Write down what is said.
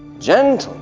gentlemen